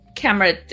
Camera